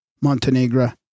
Montenegro